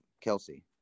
Kelsey